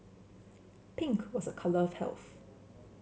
pink was a colour of health